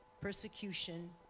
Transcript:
persecution